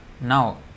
now